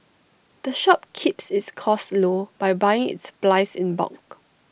the shop keeps its costs low by buying its supplies in bulk